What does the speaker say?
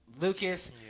Lucas